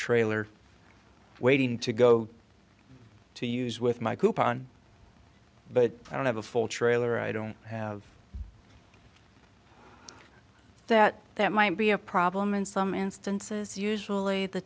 trailer waiting to go to use with my group on but i don't have a full trailer i don't have that that might be a problem in some instances usually the